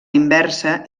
inversa